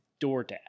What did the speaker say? DoorDash